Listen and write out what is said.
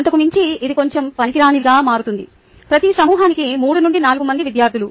అంతకు మించి ఇది కొంచెం పనికిరానిదిగా మారుతుంది ప్రతి సమూహానికి 3 నుండి 4 మంది విద్యార్థులు